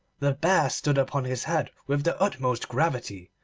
the bear stood upon his head with the utmost gravity,